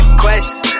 questions